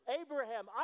Abraham